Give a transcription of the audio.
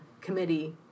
committee